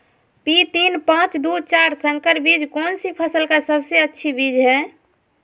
P तीन पांच दू चार संकर बीज कौन सी फसल का सबसे अच्छी बीज है?